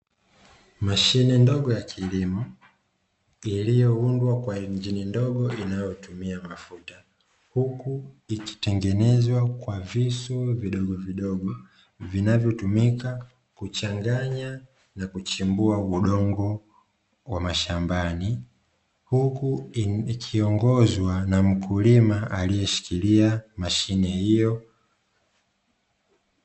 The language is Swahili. Mashine ndogo ya kilimo iliyoundwa kwa injini ndogo inayotumia mafuta, huku ikitengenezwa kwa visu vidogo vidogo vinavyotumika kuchanganya na kuchimbua udongo wa mashambani, huku ikiongozwa na mkulima aliyeshikilia mashine hiyo.